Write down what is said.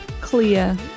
clear